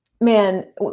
man